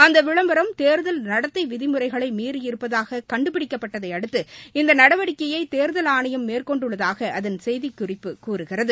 அந்த விளம்பரம் தேர்தல் நடத்தை விதிமுறைகளை மீறியிருப்பதாக கண்டுபிடிக்கப்பட்டதையடுத்து இந்த நடவடிக்கையை தேர்தல் ஆணையம் மேற்கொண்டுள்ளதாக அதன் செய்திக்குறிப்பு கூறுகிறது